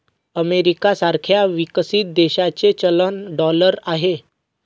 America सारख्या विकसित देशाचे चलन डॉलर आहे